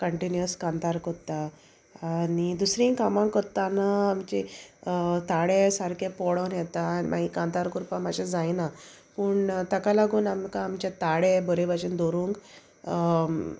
continuous कांतार कोत्ता आनी दुसरींय कामां कोत्ताना आमची ताळे सारके पोडोन येता आनी मागीर कांतार कोरपा मातशें जायना पूण ताका लागून आमकां आमचे ताळे बोरे भाशेन दोवरूंक